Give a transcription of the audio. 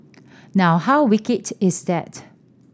now how wicked is that